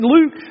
Luke